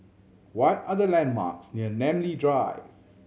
what are the landmarks near Namly Drive